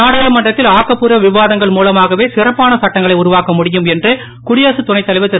நாடாளுமன்றத்தில் ஆக்கபூர்வ விவாதங்கள் மூலமாகவே சிறப்பான சட்டங்களை உருவாக்க முடியும் என்று குடியரசுத் துணைத்தலைவர் திரு